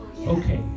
Okay